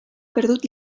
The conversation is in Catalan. perdut